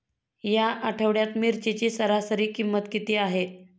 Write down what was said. या आठवड्यात मिरचीची सरासरी किंमत किती आहे?